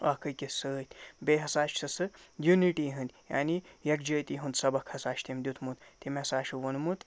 اَکھ أکِس سۭتۍ بیٚیہِ ہسا چھِ سُہ یُنِٹی ہٕنٛدۍ یعنی یَکجٲتی ہُنٛد سبق ہسا چھِ تٔمۍ دیُتمُت تٔمۍ ہسا چھِ ووٚنمُت